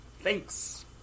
Thanks